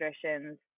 traditions